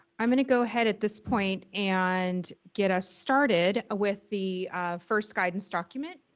i'm gonna go ahead at this point and get us started with the first guidance document.